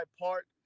Park